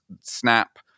snap